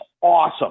awesome